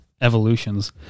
evolutions